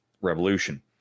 revolution